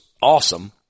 awesome